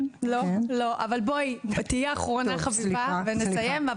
תהיי אחרונה חביבה ונסיים,